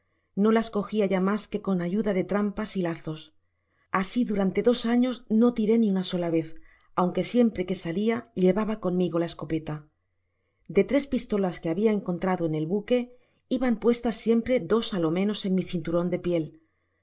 no las cogia ya mas que con ayuda de trampas y lazos asi durante dos años no tiré ni una sola vez aunque siempre que salia llevaba conmigo la escopeta de tres pistolas que habia encontrado en el buque iban puestas siempre dos á lo menos en mi cinturon de piel